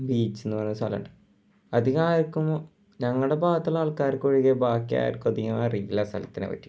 ബീച്ചെന്ന് പറഞ്ഞൊരു സ്ഥലമുണ്ട് അധികം ആർക്കും ഞങ്ങളുടെ ഭാഗത്തുള്ള ആൾക്കാർക്കൊഴികെ ബാക്കിയാർക്കും അധികം അറിയില്ല ആ സ്ഥലത്തിനെ പറ്റിയിട്ട്